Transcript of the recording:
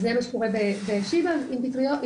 אז זה מה שקורה בשיבא עם פסילוציבין